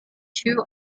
two